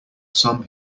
sum